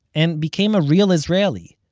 and became a real israeli,